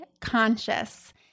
conscious